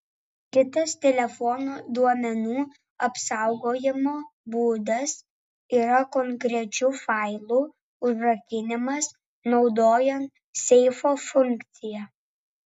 kitas telefono duomenų apsaugojimo būdas yra konkrečių failų užrakinimas naudojant seifo funkciją